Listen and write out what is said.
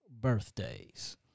birthdays